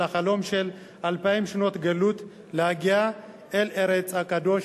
החלום של אלפיים שנות גלות להגיע אל ארץ הקודש,